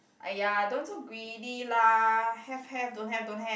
!aiya! don't so greedy lah have have don't have don't have